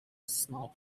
small